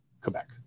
Quebec